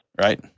Right